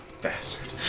bastard